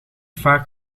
vaak